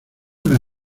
una